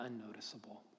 unnoticeable